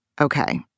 okay